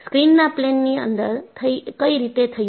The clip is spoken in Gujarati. સ્ક્રીનના પ્લેન ની અંદર કઈ રીતે થયું